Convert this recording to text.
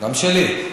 גם שלי.